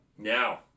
Now